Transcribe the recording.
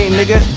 nigga